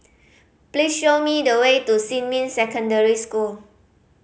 please show me the way to Xinmin Secondary School